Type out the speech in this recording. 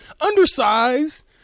Undersized